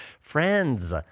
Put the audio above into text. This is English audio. Friends